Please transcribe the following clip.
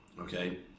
okay